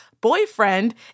boyfriend